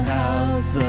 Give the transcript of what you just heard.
house